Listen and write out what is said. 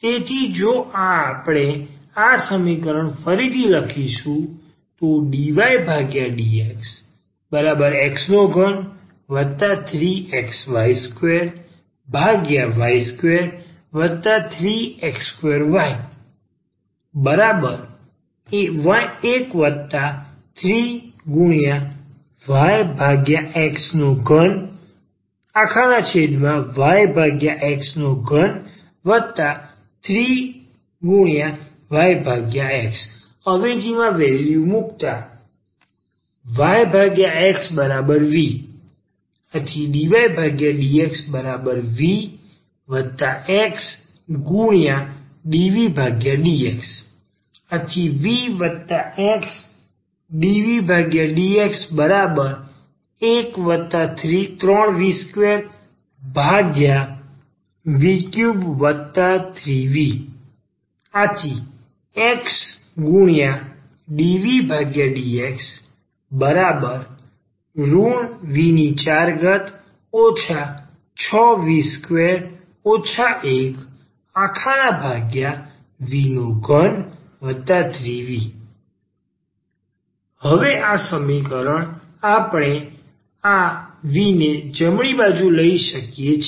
તેથી જો આપણે આ સમીકરણને ફરીથી લખીશું dydx x33xy2y33x2y 13yx3yx33yx અવેજીમાં વેલ્યૂ મુકતા yxv ⟹dydxvxdvdx vxdvdx 13v2v33v ⟹xdvdx v4 6v2 1v33v તેથી હવે આ સમીકરણ આપણે આ v ને જમણી બાજુ લઈ શકીએ છીએ